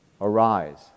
Arise